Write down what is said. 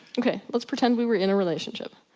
ok, let's pretend we were in a relationship,